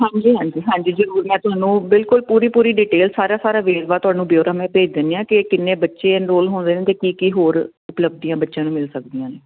ਹਾਂਜੀ ਹਾਂਜੀ ਹਾਂਜੀ ਜਰੂਰ ਮੈਂ ਤੁਹਾਨੂੰ ਬਿਲਕੁਲ ਪੂਰੀ ਪੂਰੀ ਡਿਟੇਲ ਸਾਰਾ ਸਾਰਾ ਵੇਰਵਾ ਤੁਹਾਨੂੰ ਬਿਊਰੋ ਮੈਂ ਭੇਜ ਦਿੰਨੀ ਆ ਕਿ ਕਿੰਨੇ ਬੱਚੇ ਇਨਰੋਲ ਹੁੰਦੇ ਨੇ ਤੇ ਕੀ ਕੀ ਹੋਰ ਉਪਲੱਬਧੀਆਂ ਬੱਚਿਆਂ ਨੂੰ ਮਿਲ ਸਕਦੀਆਂ ਨੇ